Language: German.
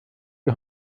die